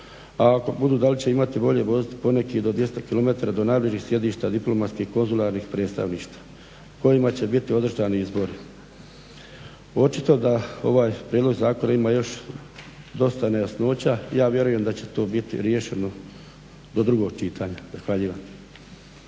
a ako budu da li će imati volje voziti poneki i do 200 km do najbližih sjedišta diplomatskih konzularnih predstavništva u kojima će biti održani izbori. Očito da ovaj prijedlog zakona ima još dosta nejasnoća. Ja vjerujem da će to biti riješeno do drugog čitanja. Zahvaljujem.